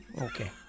Okay